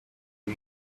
for